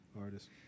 artist